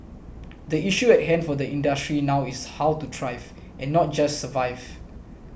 the issue at hand for the industry now is how to thrive and not just survive